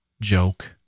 joke